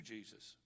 Jesus